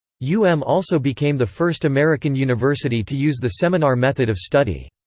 u m also became the first american university to use the seminar method of study.